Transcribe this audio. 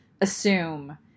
assume